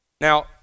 Now